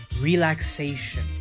relaxation